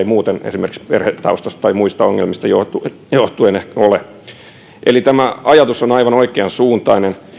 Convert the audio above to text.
muuten esimerkiksi perhetaustasta tai muista ongelmista johtuen johtuen ehkä ole eli tämä ajatus on aivan oikeansuuntainen